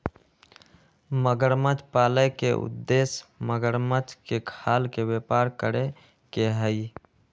मगरमच्छ पाले के उद्देश्य मगरमच्छ के खाल के व्यापार करे के हई